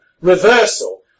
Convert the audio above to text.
reversal